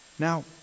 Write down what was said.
Now